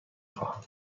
خواهم